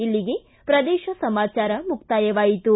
ಇಲ್ಲಿಗೆ ಪ್ರದೇಶ ಸಮಾಚಾರ ಮುಕ್ತಾಯವಾಯಿತು